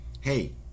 hey